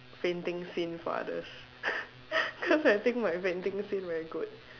fainting scene for others cause I think my fainting scene very good